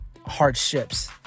hardships